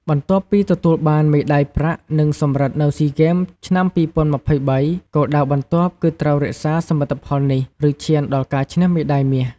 បន្ទាប់ពីទទួលបានមេដាយប្រាក់ និងសំរឹទ្ធនៅស៊ីហ្គេម ឆ្នាំ២០២៣ គោលដៅបន្ទាប់គឺត្រូវរក្សាសមិទ្ធផលនេះ ឬឈានដល់ការឈ្នះមេដាយមាស។